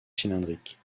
cylindrique